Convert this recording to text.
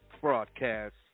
broadcast